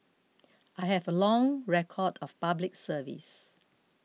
I have a long record of Public Service